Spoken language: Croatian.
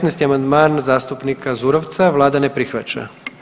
15. amandman zastupnika Zurovca vlada ne prihvaća.